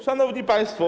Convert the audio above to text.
Szanowni Państwo!